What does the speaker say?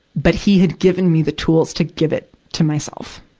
but he had given me the tools to give it to myself.